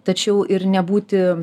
tačiau ir nebūti